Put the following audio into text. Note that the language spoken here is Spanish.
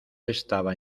estaba